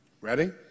Ready